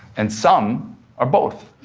and some are both.